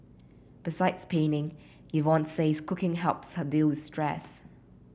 besides painting Yvonne says cooking helps her deal with stress